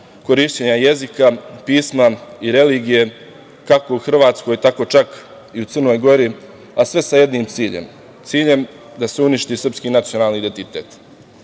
korišćenja jezika, pisma i religije kako u Hrvatskoj, tako čak i u Crnoj Gori, a sve sa jednim ciljem, ciljem da se uništi srpski nacionalni identitet. Moramo